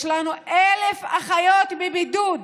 יש לנו 1,000 אחיות בבידוד,